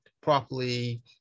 properly